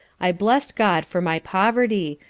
i blest god for my poverty,